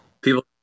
people